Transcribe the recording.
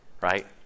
right